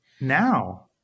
now